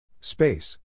Space